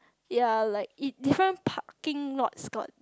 ya like it different parking lots got